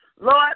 Lord